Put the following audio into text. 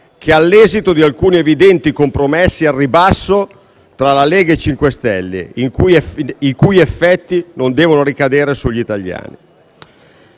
che all'esito di alcuni evidenti compromessi al ribasso tra Lega e MoVimento 5 Stelle, i cui effetti non devono ricadere sugli italiani.